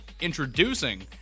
Introducing